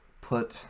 put